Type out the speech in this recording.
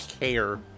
care